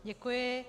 Děkuji.